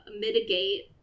mitigate